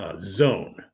zone